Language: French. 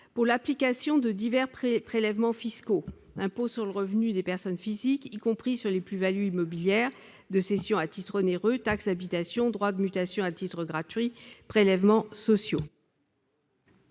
pour l'application de divers prélèvements fiscaux tels que l'impôt sur le revenu des personnes physiques, y compris sur les plus-values immobilières de cession à titre onéreux, la taxe d'habitation, les droits de mutation à titre gratuit et les prélèvements sociaux.